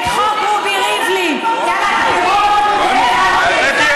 את חוק רובי ריבלין על הגדרות העברתם,